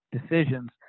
decisions